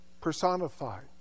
personified